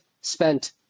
spent